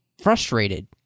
frustrated